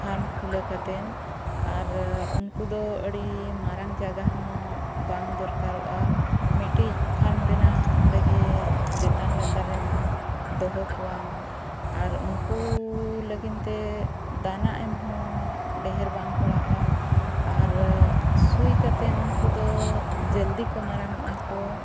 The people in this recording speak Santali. ᱯᱷᱟᱨᱢ ᱠᱷᱩᱞᱟᱹᱣ ᱠᱟᱛᱮᱫ ᱟᱨ ᱩᱱᱠᱩ ᱫᱚ ᱟᱹᱰᱤ ᱢᱟᱨᱟᱝ ᱡᱟᱭᱜᱟ ᱦᱚᱸ ᱵᱟᱝ ᱫᱚᱨᱠᱟᱨᱚᱜᱼᱟ ᱢᱤᱫᱴᱤᱡ ᱯᱷᱟᱨᱢ ᱵᱮᱱᱟᱣᱟᱢ ᱚᱸᱰᱮ ᱜᱮ ᱪᱮᱛᱟᱱ ᱞᱟᱛᱟᱨᱮᱢ ᱫᱚᱦᱚ ᱠᱚᱣᱟᱢ ᱟᱨ ᱩᱱᱠᱩ ᱞᱟᱹᱜᱤᱫ ᱛᱮ ᱫᱟᱱᱟ ᱮᱢ ᱦᱚᱸ ᱰᱷᱮᱨ ᱵᱟᱝ ᱯᱟᱲᱟᱜᱼᱟ ᱟᱨ ᱥᱩᱭ ᱠᱟᱛᱮᱫ ᱩᱱᱠᱩ ᱫᱚ ᱡᱚᱞᱫᱤ ᱠᱚ ᱢᱟᱨᱟᱝᱚᱜᱼᱟ ᱠᱚ